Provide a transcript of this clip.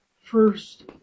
first